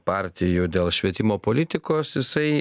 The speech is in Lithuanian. partijų dėl švietimo politikos jisai